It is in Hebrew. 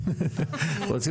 סיכון.